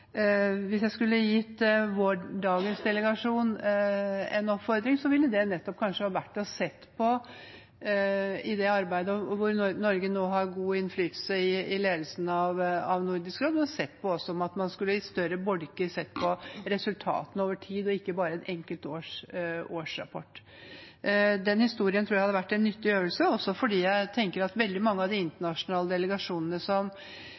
Hvis jeg skulle ha gitt dagens delegasjon en oppfordring, ville det kanskje nettopp ha vært – i det arbeidet hvor Norge nå har god innflytelse gjennom ledelsen av Nordisk råd – om man i større bolker skulle ha sett på resultatene over tid, og ikke bare de enkelte års årsrapport. Den historien tror jeg ville ha vært en nyttig øvelse, også fordi jeg tenker at veldig mange av de